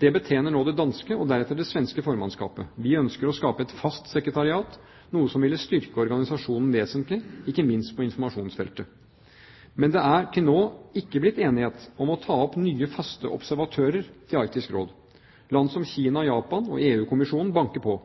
Det betjener nå det danske og deretter det svenske formannskapet. Vi ønsker å skape et fast sekretariat, noe som ville styrke organisasjonen vesentlig, ikke minst på informasjonsfeltet. Men det er til nå ikke blitt enighet om å ta opp nye faste observatører til Arktisk Råd. Land som Kina og Japan, og EU-kommisjonen, banker på.